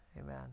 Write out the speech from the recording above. amen